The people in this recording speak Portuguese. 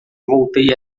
voltei